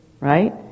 right